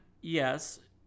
yes